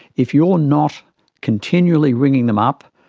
if you're not continually ringing them up,